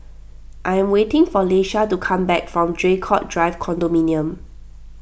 I am waiting for Leisha to come back from Draycott Drive Condominium